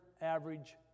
average